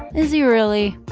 is he really?